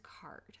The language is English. card